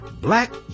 black